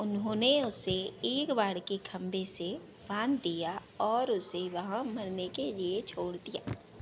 उन्होंने उसे एक बाड़ के खम्भे से बाँध दिया और उसे वहाँ मरने के लिए छोड़ दिया